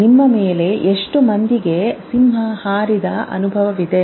ನಿಮ್ಮ ಮೇಲೆ ಎಷ್ಟು ಮಂದಿಗೆ ಸಿಂಹ ಹಾರಿದ ಅನುಭವವಿದೆ